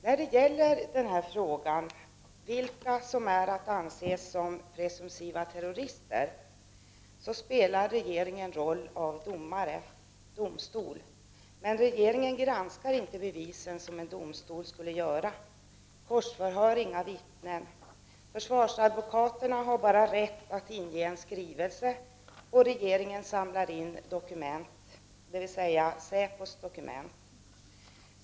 När det gäller frågan vilka som anses som presumtiva terrorister har regeringen domstolens roll. Men regeringen granskar inte bevisen på det sätt som en domstol skulle göra. Den korsförhör inga vittnen. Försvarsadvokaterna har bara rätt att inge en skrivelse, och regeringen samlar in dokument, dvs. säpos dokument.